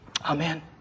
Amen